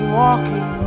walking